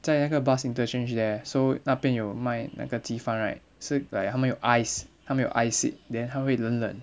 在那个 bus interchange there so 那边有卖那个鸡饭 right 是 like 他们有 ice 他们有 ice it then 他会冷冷